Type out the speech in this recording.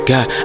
God